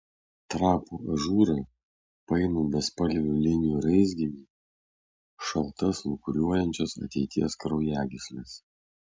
trapų ažūrą painų bespalvių linijų raizginį šaltas lūkuriuojančias ateities kraujagysles